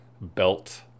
belt